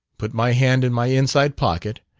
put my hand in my inside pocket,